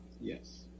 Yes